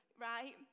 right